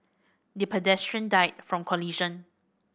the pedestrian died from collision